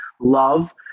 love